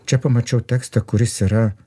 čia pamačiau tekstą kuris yra